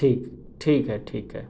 ٹھیک ٹھیک ہے ٹھیک ہے